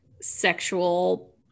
sexual